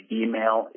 email